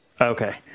okay